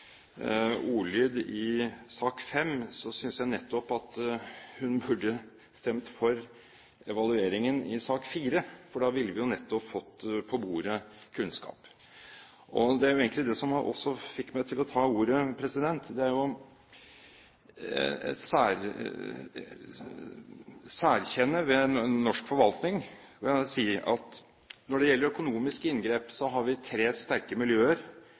i forslaget i sak nr. 5, synes jeg nettopp at hun burde stemme for evalueringen i sak nr. 4, for da ville vi nettopp fått på bordet kunnskap. Og det var egentlig det som fikk meg til å ta ordet. Det er et særkjenne ved norsk forvaltning at når det gjelder økonomiske inngrep, har vi tre sterke miljøer